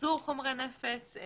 חומרי נפץ.